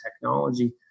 technology